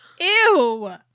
Ew